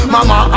Mama